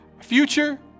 future